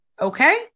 Okay